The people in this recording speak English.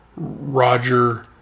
Roger